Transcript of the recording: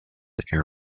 air